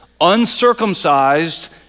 uncircumcised